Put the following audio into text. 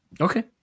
Okay